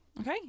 Okay